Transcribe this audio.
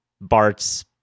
Bart's